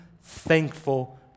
thankful